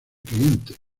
cliente